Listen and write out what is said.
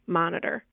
monitor